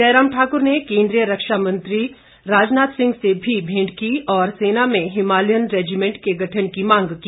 जयराम ठाक्र ने केंद्रीय रक्षा मंत्री राजनाथ सिंह से भी भेंट की और सेना में हिमालयन रेजीमेंट के गठन की मांग की